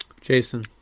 Jason